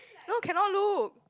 no cannot look